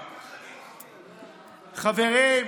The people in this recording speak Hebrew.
למצוא חן בעיני, חברים,